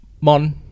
Mon